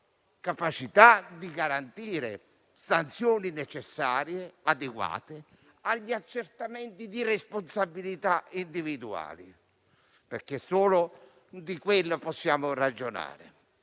capacità di garantire sanzioni necessarie e adeguate agli accertamenti di responsabilità individuali, perché solo di quello possiamo ragionare.